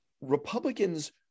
Republicans